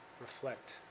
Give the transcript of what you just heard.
reflect